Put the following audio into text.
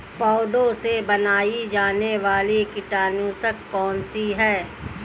पौधों से बनाई जाने वाली कीटनाशक कौन सी है?